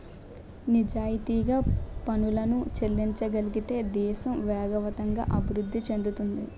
నిజాయితీగా పనులను చెల్లించగలిగితే దేశం వేగవంతంగా అభివృద్ధి చెందుతుంది